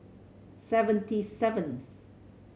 seventy seven